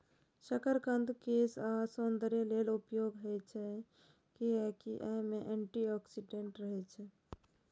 शकरकंद केश आ सौंदर्य लेल उपयोगी होइ छै, कियैकि अय मे एंटी ऑक्सीडेंट रहै छै